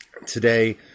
Today